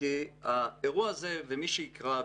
כי האירוע הזה ומי שיקרא,